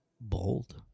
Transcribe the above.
Bold